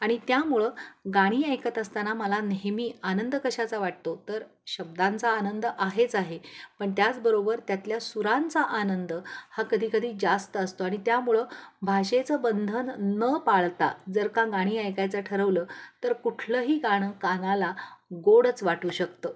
आणि त्यामुळं गाणी ऐकत असताना मला नेहमी आनंद कशाचा वाटतो तर शब्दांचा आनंद आहेच आहे पण त्याचबरोबर त्यातल्या सुरांचा आनंद हा कधीकधी जास्त असतो आणि त्यामुळं भाषेचं बंधन न पाळता जर का गाणी ऐकायचं ठरवलं तर कुठलंही गाणं कानाला गोडच वाटू शकतं